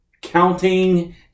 counting